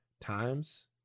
Times